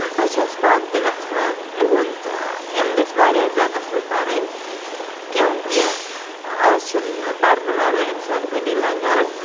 بہٕ چھَس پانہٕ تہِ وٮ۪ژھان یِہُنٛد یِم گٔژھۍ واریاہ زیادٕ اَصٕل پَرٕنۍ کیونٛکہِ آز چھُنہٕ پَرنہٕ وَرٲے اِنسان کُنی لگان